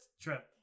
trip